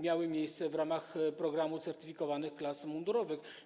miały miejsce w ramach programu certyfikowanych klas mundurowych.